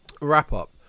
wrap-up